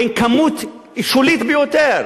הם כמות שולית ביותר,